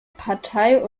partei